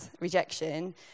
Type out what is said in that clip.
rejection